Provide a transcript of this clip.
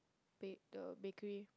bake the bakery